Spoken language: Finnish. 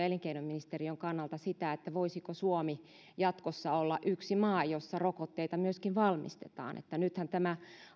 elinkeinoministeriön kannalta sitä voisiko suomi jatkossa olla yksi maa jossa rokotteita myöskin valmistetaan nythän tämä